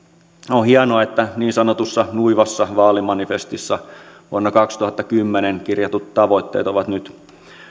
on hienoa että niin sanotussa nuivassa vaalimanifestissa vuonna kaksituhattakymmenen kirjatut tavoitteet ovat nyt